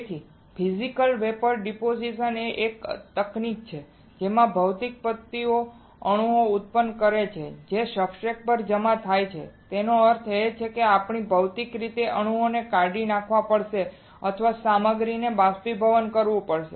તેથી physical vapour deposition એ એક તકનીક છે જેમાં ભૌતિક પદ્ધતિઓ અણુ ઉત્પન્ન કરે છે જે સબસ્ટ્રેટ પર જમા થાય છે તેનો અર્થ એ છે કે આપણે ભૌતિક રીતે અણુઓને કાઢી નાખવા પડશે અથવા સામગ્રીને બાષ્પીભવન કરવું પડશે